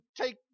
take